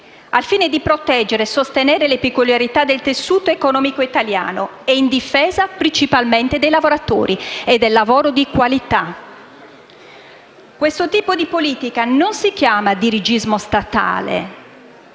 al fine di proteggere e sostenere le peculiarità del tessuto economico italiano e in difesa principalmente dei lavoratori e del lavoro di qualità. Questo tipo di politica si chiama non dirigismo statale,